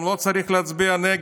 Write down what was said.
גם לא צריך להצביע נגד,